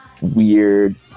weird